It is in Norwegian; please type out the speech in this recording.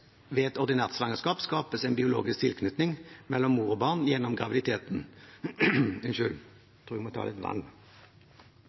ved et ordinært svangerskap, skapes en biologisk tilknytning mellom mor og barn gjennom graviditeten.